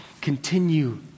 Continue